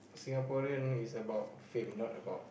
Singaporean is about fame not about